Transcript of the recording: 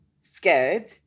scared